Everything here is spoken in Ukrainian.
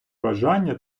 бажання